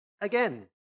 again